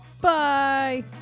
bye